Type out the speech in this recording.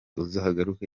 uzagaruke